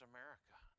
America